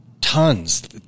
tons